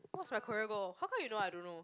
what's my career goal how come you know I don't know